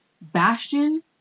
bastion